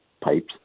pipes